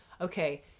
okay